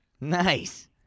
Nice